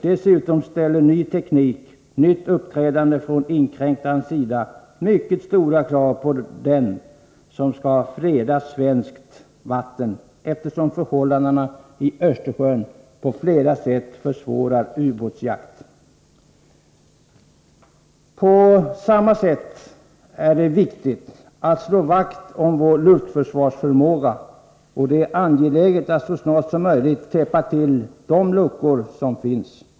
Dessutom ställer ny teknik och nytt uppträdande från inkräktarens sida mycket stora krav på den som skall freda svenskt vatten, eftersom förhållandena i Östersjön på flera sätt försvårar ubåtsjakt. På samma sätt är det viktigt att slå vakt om vår luftförsvarsförmåga. Det är angeläget att så snart som möjligt täppa till de luckor som finns.